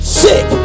sick